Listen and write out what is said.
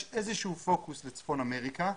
יש איזה שהוא פוקוס לצפון אמריקה,